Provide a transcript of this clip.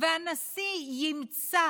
והנשיא ימצא